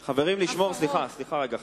סליחה,